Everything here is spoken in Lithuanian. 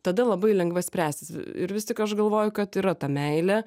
tada labai lengvai spręsis ir vis tik aš galvoju kad yra ta meilė